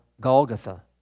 Golgotha